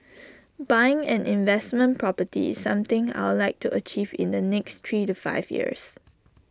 buying an investment property something I'd like to achieve in the next three to five years